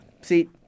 see